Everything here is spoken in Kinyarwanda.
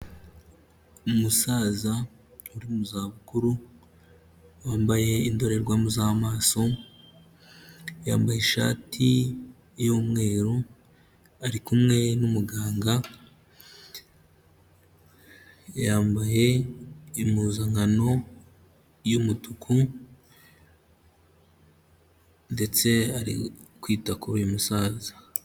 Umusaza uri mu zabukuru wambaye indorerwamo z'amaso, yambaye ishati y'umweru ari kumwe n'umuganga, yambaye impuzankano y'umutuku ndetse ari kwita kuri uyu musaza.